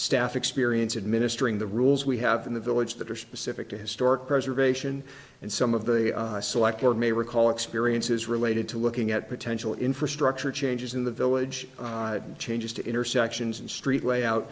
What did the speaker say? staff experience administering the rules we have in the village that are specific to historic preservation and some of the selector may recall experiences related to looking at potential infrastructure changes in the village changes to intersections and street layout